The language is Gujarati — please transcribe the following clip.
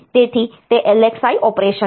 તેથી તે LXI ઓપરેશન છે